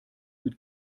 mit